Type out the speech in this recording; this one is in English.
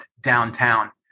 downtown